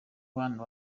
bana